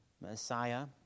Messiah